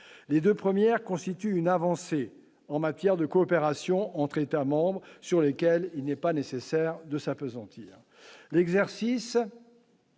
les 2 premières constitue une avancée en matière de coopération entre États membres sur lesquels il n'est pas nécessaire de s'appesantir